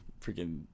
freaking